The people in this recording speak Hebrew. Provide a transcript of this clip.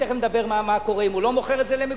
תיכף נדבר מה קורה אם הוא לא מוכר את זה למגורים,